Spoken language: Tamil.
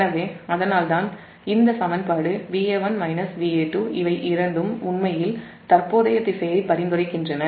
எனவே அதனால்தான் இந்த சமன்பாடு Va1 Va2 இவை இரண்டும் உண்மையில் தற்போதைய திசையை பரிந்துரைக்கின்றன